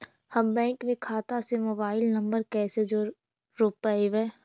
हम बैंक में खाता से मोबाईल नंबर कैसे जोड़ रोपबै?